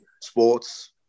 sports